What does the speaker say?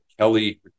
Kelly